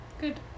Good